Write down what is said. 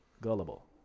gullible